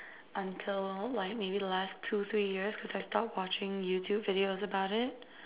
until like maybe the last two three years cause I stopped watching YouTube videos about it